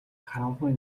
харанхуй